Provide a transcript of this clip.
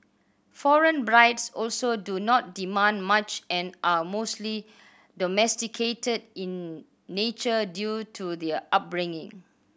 foreign brides also do not demand much and are mostly domesticated in nature due to their upbringing